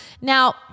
Now